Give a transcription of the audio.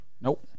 Nope